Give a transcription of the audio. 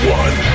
one